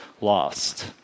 lost